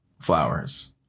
flowers